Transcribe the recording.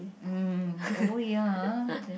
mm oh ya ah